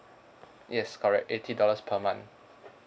yes correct eighty dollars per month